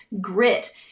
grit